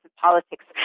politics